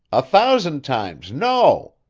a thousand times no!